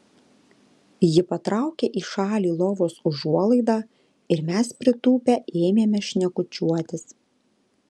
ji patraukė į šalį lovos užuolaidą ir mes pritūpę ėmėme šnekučiuotis